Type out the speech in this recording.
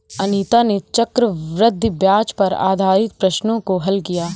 अनीता ने चक्रवृद्धि ब्याज पर आधारित प्रश्नों को हल किया